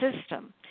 system